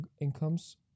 incomes